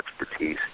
expertise